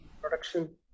production